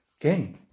Again